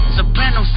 Soprano